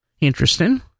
Interesting